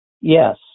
yes